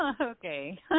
okay